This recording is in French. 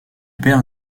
perd